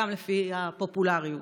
גם לפי הפופולריות,